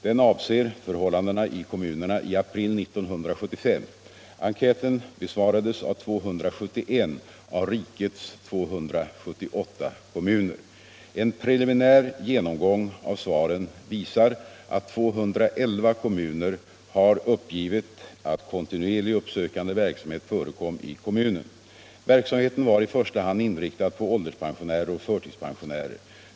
Den avser förhållandena i kommunerna i april 1975. Enkäten besvarades av 271 av rikets 278 kommuner. En preliminär genomgång av svaren visar att 211 kommuner har uppgivit att kontinuerlig uppsökande verksamhet förekom i kommunen. Verksamheten var i första hand inriktad på ålderspensionärer och förtidspensionärer.